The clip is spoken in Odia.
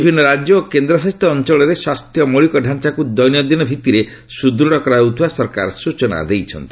ବିଭିନ୍ନ ରାଜ୍ୟ ଓ କେନ୍ଦ୍ରଶାସିତ ଅଞ୍ଚଳରେ ସ୍ୱାସ୍ଥ୍ୟ ମୌଳିକ ଢାଞ୍ଚାକୁ ଦୈନନ୍ଦିନ ଭିଭିରେ ସୁଦୃଢ଼ କରାଯାଉଥିବା ସରକାର ସୂଚନା ଦେଇଛନ୍ତି